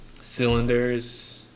cylinders